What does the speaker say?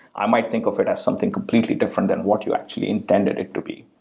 i might think of it as something completely different than what you actually intended it to be.